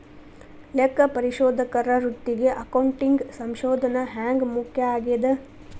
ಲೆಕ್ಕಪರಿಶೋಧಕರ ವೃತ್ತಿಗೆ ಅಕೌಂಟಿಂಗ್ ಸಂಶೋಧನ ಹ್ಯಾಂಗ್ ಮುಖ್ಯ ಆಗೇದ?